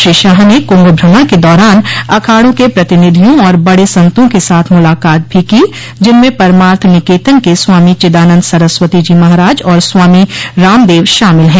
श्री शाह ने कुंभ भ्रमण के दौरान अखाड़ों के प्रतिनिधियों और बड़े संतों के साथ मुलाकात भी की जिनमें परमार्थ निकेतन के के स्वामी चिदानन्द सरस्वती जी महाराज और स्वामी रामदेव शामिल है